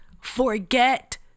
forget